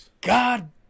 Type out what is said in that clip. God